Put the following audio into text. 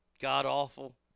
God-awful